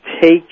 take